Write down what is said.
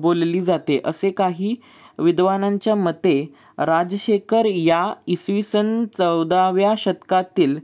बोलली जाते असे काही विद्वानांच्या मते राजशेखर या इसवी सन चौदाव्या शतकातील